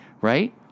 right